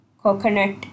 coconut